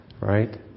right